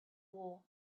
war